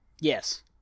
Yes